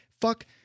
Fuck